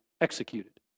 executed